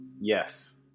yes